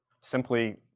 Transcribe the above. simply